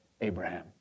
Abraham